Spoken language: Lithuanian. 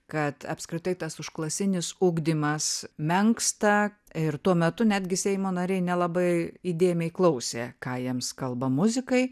kad apskritai tas užklasinis ugdymas menksta ir tuo metu netgi seimo nariai nelabai įdėmiai klausė ką jiems kalba muzikai